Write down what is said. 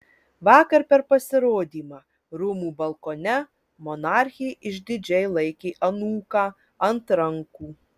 vakar per pasirodymą rūmų balkone monarchė išdidžiai laikė anūką ant rankų